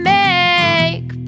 make